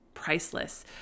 priceless